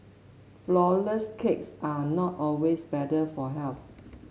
flour less cakes are not always better for health